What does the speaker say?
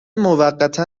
موقتا